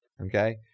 okay